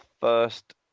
first